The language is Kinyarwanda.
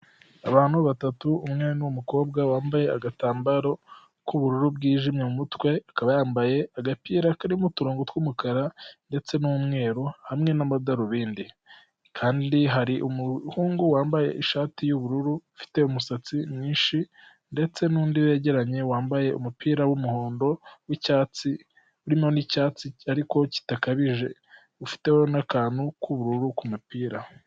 Abantu batatu umwe n'umukobwa wambaye agatambaro k'ubururu bwijimye mu mutwe, akaba yambaye agapira karimo uturongo tw'umukara ndetse n'umweru hamwe n'amadarubindi. Kandi hari umuhungu wambaye ishati y'ubururu ufite umusatsi mwinshi ndetse n'undi begeranye wambaye umupira w'umuhondo w'icyatsi urimo n'icyatsi ariko kidakabije ufite n'akantu k'ubururu k'umupira.